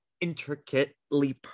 intricately